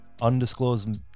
undisclosed